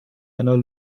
einer